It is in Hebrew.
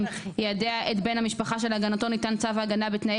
(2)יידע את בן המשפחה שלהגנתו ניתן צו הגנה בתנאי